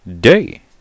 day